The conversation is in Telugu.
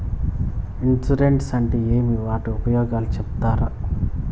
ఇన్సూరెన్సు అంటే ఏమి? వాటి ఉపయోగాలు సెప్తారా?